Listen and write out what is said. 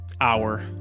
hour